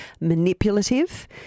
manipulative